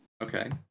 Okay